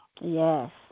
Yes